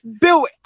Bill